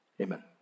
amen